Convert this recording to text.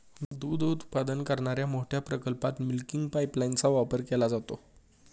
दूध उत्पादन करणाऱ्या मोठ्या प्रकल्पात मिल्किंग पाइपलाइनचा वापर केला जातो